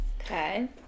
okay